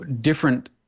different